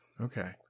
Okay